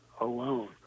alone